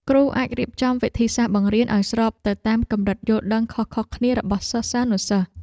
គ្រូអាចរៀបចំវិធីសាស្ត្របង្រៀនឱ្យស្របទៅតាមកម្រិតយល់ដឹងខុសៗគ្នារបស់សិស្សានុសិស្ស។